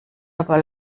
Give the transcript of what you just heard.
aber